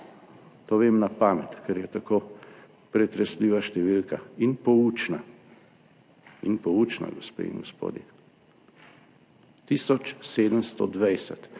To vem na pamet, ker je tako pretresljiva številka in poučna, in poučna, gospe in gospodje. 1720.